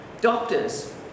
doctors